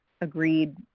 agreed